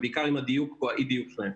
ובעיקר עם הדיוק או האי דיוק שלהם.